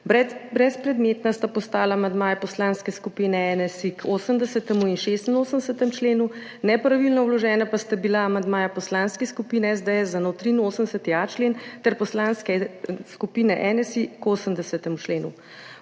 Brezpredmetna sta postala amandmaja Poslanske skupine NSi k 80. in 86. členu, nepravilno vložena pa sta bila amandmaja Poslanske skupine SDS za nov 83.a člen ter Poslanske skupine NSi k 80. členu.